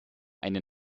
eine